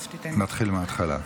נתחיל מההתחלה.